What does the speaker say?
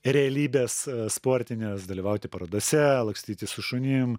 realybės sportinės dalyvauti parodose lakstyti su šunim